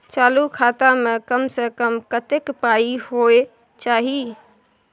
चालू खाता में कम से कम कत्ते पाई होय चाही?